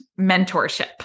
mentorship